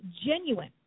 genuine